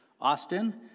Austin